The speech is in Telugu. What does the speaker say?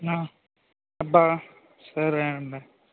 అబ్బా సరే అండి